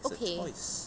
okay